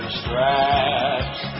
straps